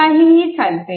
काहीही चालते